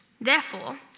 Therefore